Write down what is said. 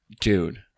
Dude